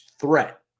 threat